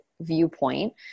viewpoint